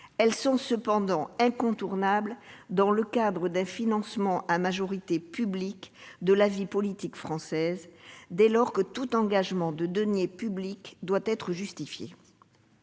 Elles sont cependant incontournables dans le cadre d'un financement en majorité public de la vie politique française, dès lors que tout engagement de deniers publics doit être justifié.